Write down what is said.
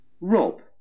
Rob